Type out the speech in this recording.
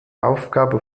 aufgabe